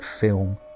film